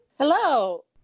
Hello